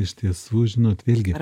iš tiesų žinot vėlgi